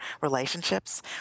relationships